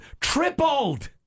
tripled